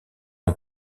ont